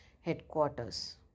headquarters